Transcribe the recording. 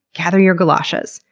gather your goulashes.